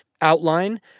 outline